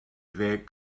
ddeg